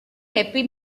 happy